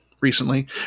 recently